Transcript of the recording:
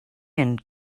and